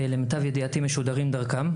למיטב ידיעתי משודרים דרכם,